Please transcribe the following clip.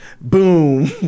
Boom